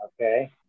Okay